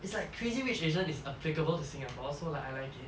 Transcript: it's like crazy rich asian is applicable to singapore so like I like it